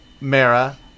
Mara